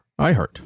iHeart